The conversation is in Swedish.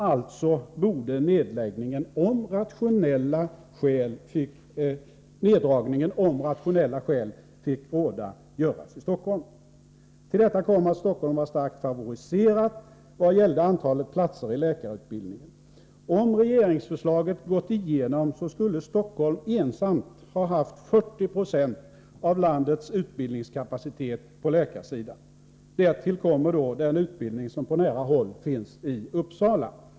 Alltså borde neddragningen, om rationella skäl fick råda, göras i Stockholm. Till detta kom att Stockholm var starkt favoriserat vad gällde antalet platser i läkarutbildningen. Om regeringsförslaget gått igenom skulle Stockholm ensamt ha haft 40 90 av landets utbildningskapacitet på läkarsidan. Därtill kommer den utbildning som på nära håll finns i Uppsala.